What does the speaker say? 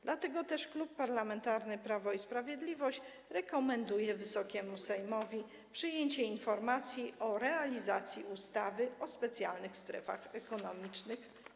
Dlatego też Klub Parlamentarny Prawo i Sprawiedliwość rekomenduje Wysokiemu Sejmowi przyjęcie informacji o realizacji ustawy o specjalnych strefach ekonomicznych.